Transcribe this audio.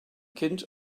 kind